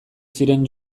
ziren